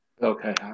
Okay